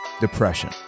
depression